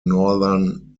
northern